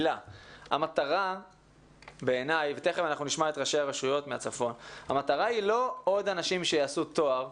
המטרה בעיני היא לא עוד אנשים שיעשו תואר,